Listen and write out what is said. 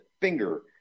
finger